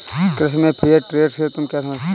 कृषि में fair trade से तुम क्या समझते हो?